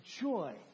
joy